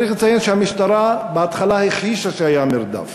צריך לציין שהמשטרה בהתחלה הכחישה שהיה מרדף,